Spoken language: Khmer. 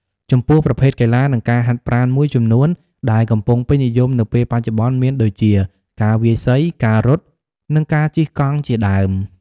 ចំពោះប្រភេទកីឡា និងការហាត់ប្រាណមួយចំនួនដែលកំពុងពេញនិយមនៅពេលបច្ចុច្បន្នមានដូចជា ការវាយសី ការរត់ និងការជិះកង់ជាដើម។